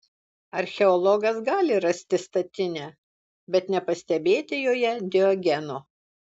archeologas gali rasti statinę bet nepastebėti joje diogeno